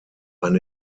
ein